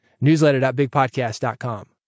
newsletter.bigpodcast.com